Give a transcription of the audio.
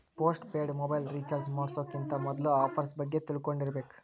post paid mobile recharge ಮಾಡ್ಸೋಕ್ಕಿಂತ ಮೊದ್ಲಾ offers ಬಗ್ಗೆ ತಿಳ್ಕೊಂಡಿರ್ಬೇಕ್